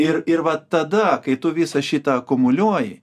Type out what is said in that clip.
ir ir va tada kai tu visą šitą akumuliuoji